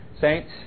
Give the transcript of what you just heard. Saints